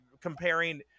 Comparing